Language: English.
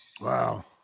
Wow